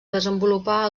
desenvolupar